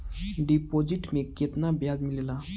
Deposit मे केतना बयाज मिलेला?